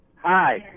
Hi